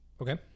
Okay